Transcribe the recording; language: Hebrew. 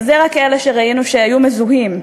וזה רק אלה שראינו שהיו מזוהים.